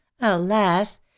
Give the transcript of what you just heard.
ALAS